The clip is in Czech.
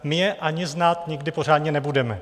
My je ani znát nikdy pořádně nebudeme.